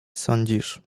sądzisz